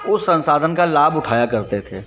उस संसाधन का लाभ उठाया करते थे